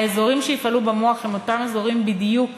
האזורים שיפעלו במוח הם אותם אזורים בדיוק